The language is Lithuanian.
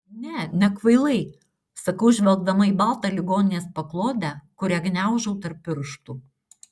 ne nekvailai sakau žvelgdama į baltą ligoninės paklodę kurią gniaužau tarp pirštų